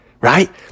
right